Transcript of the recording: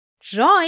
Joy